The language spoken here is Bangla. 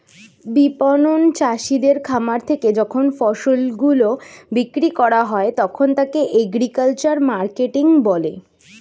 বিপণন চাষীদের খামার থেকে যখন ফসল গুলো বিক্রি করা হয় তখন তাকে এগ্রিকালচারাল মার্কেটিং বলে